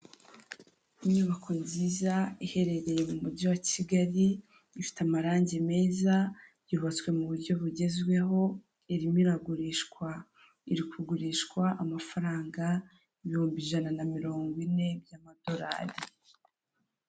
Inyubako nziza iherereye mu mujyi wa Kigali, ifite amarangi meza, yubatswe mu buryo bugezweho, irimo iragurishwa iri kugurishwa amafaranga ibihumbi ijana na mirongo ine by'amadorari.